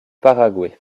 paraguay